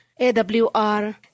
AWR